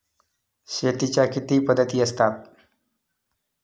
शेतीच्या किती पद्धती असतात?